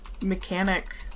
mechanic